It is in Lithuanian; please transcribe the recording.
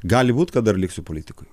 gali būt kad dar liksiu politikoj